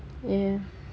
ya